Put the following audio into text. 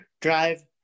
drive